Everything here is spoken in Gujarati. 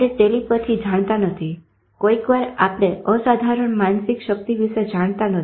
આપણે ટેલીપેથી જાણતા નથી કોઈકવાર આપણે અસાધારણ માનસીક શક્તિ વિશે જાણતા નથી